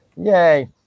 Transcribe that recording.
Yay